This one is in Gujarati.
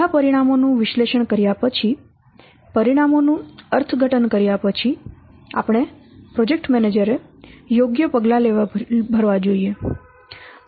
બધા પરિણામો નું વિશ્લેષણ કર્યા પછી પરિણામો નું અર્થઘટન કર્યા પછી આપણે પ્રોજેક્ટ મેનેજરે યોગ્ય પગલાં ભરવા જોઈએ